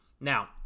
Now